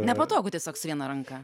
nepatogu tiesiog su viena ranka